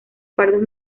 pardos